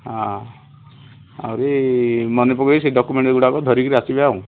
ହଁ ଆହୁରି ମନେ ପକେଇକି ସେ ଡକ୍ୟୁମେଣ୍ଟ୍ ଗୁଡ଼ାକ ଧରିକିରି ଆସିବେ ଆଉ